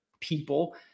people